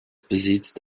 besitzt